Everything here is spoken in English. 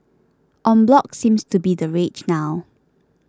en bloc seems to be the rage now